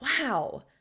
Wow